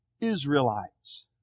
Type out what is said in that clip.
Israelites